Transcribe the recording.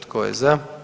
Tko je za?